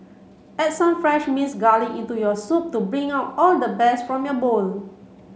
add some fresh minced garlic into your soup to bring out all the best from your bowl